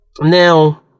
Now